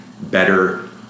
better